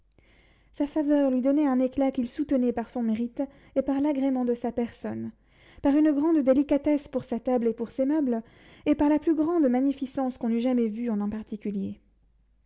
sa faveur lui donnait un éclat qu'il soutenait par son mérite et par l'agrément de sa personne par une grande délicatesse pour sa table et pour ses meubles et par la plus grande magnificence qu'on eût jamais vue en un particulier